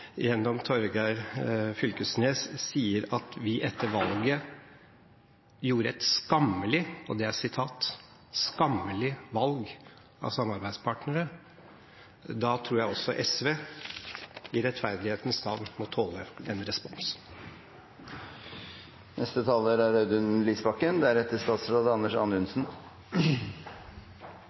gjennom Torgeir Knag Fylkesnes, sier at vi etter valget gjorde et «skammeleg» – og det er sitat – valg av samarbeidspartnere, tror jeg også SV i rettferdighetens navn må tåle en respons. Jeg merker meg at statsministeren er